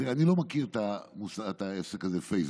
תראה, אני לא מכיר את העסק הזה פייסבוק.